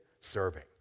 Serving